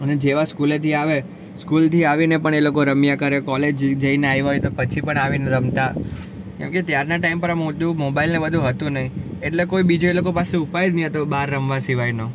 અને જેવા સ્કૂલેથી આવે સ્કૂલથી આવીને પણ એ લોકો રમ્યા કરે કોલેજ જઈને આવ્યા હોય તો પછી પણ આવીને રમતા કેમ કે ત્યારના ટાઈમ પર આ મોટું મોબાઈલને બધું હતું નહીં એટલે કોઈ બીજો એ લોકો પાસે ઉપાય જ નહીં હતો બહાર રમવા સિવાયનો